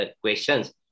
questions